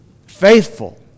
faithful